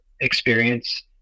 experience